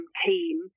team